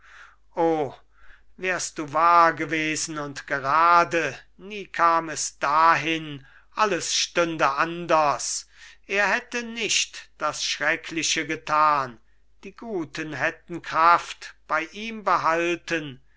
o wärst du wahr gewesen und gerade nie kam es dahin alles stünde anders er hätte nicht das schreckliche getan die guten hätten kraft bei ihm behalten